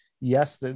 yes